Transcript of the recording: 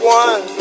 one